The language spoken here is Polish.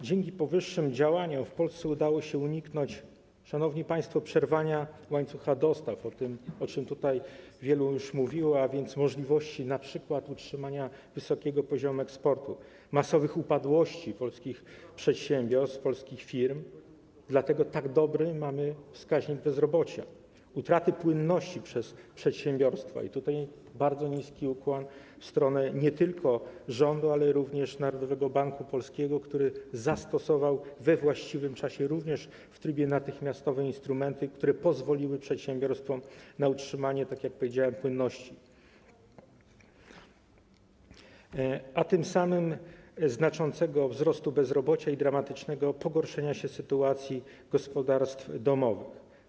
Dzięki powyższym działaniom w Polsce udało się uniknąć, szanowni państwo, przerwania łańcucha dostaw, o czym tutaj już wielu mówiło, a więc np. utrzymania wysokiego poziomu eksportu, masowych upadłości polskich przedsiębiorstw, polskich firm, dlatego mamy tak dobry wskaźnik bezrobocia, utraty płynności przez przedsiębiorstwa - i tutaj bardzo niski ukłon w stronę nie tylko rządu, ale również Narodowego Banku Polskiego, który we właściwym czasie zastosował, również w trybie natychmiastowym, instrumenty, które pozwoliły przedsiębiorstwom na utrzymanie, tak jak powiedziałem, płynności - a tym samym znaczącego wzrostu bezrobocia i dramatycznego pogorszenia się sytuacji gospodarstw domowych.